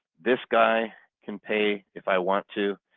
this guy can pay if i want to,